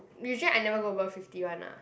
usually I never go over fifty one lah